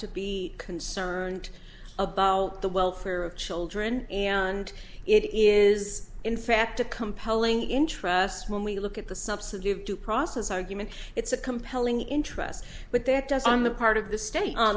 to be concerned about the welfare of children and it is in fact a compelling interest when we look at the substantive due process argument it's a compelling interest but that does on the part of the state